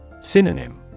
Synonym